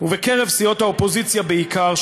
ובקרב סיעות האופוזיציה בעיקר,